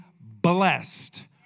blessed